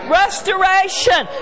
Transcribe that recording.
restoration